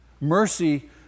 Mercy